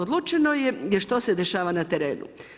Odlučeno je jel što se dešava na terenu.